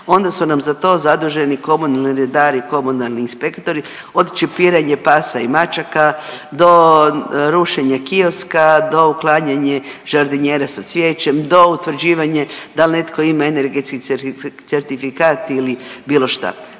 onda su nam za to zaduženi komunalni redari i komunalni inspektori od čipiranja pasa i mačaka do rušenja kioska, do uklanjanja žardinjera sa cvijećem do utvrđivanja da li netko ima energetski certifikat ili bilo šta,